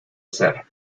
ser